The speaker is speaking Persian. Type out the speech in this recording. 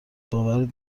باورت